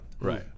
right